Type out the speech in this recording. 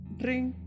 drink